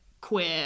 queer